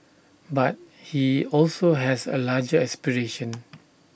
but he also has A larger aspiration